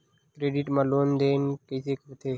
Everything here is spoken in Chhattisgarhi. क्रेडिट मा लेन देन कइसे होथे?